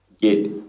get